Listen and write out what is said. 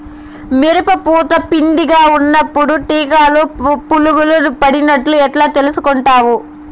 మిరప పూత పిందె గా ఉన్నప్పుడు కీటకాలు పులుగులు పడినట్లు ఎట్లా తెలుసుకుంటావు?